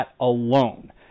alone